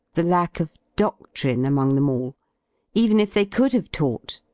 the lack of dodlrine among them all even if they could have taught,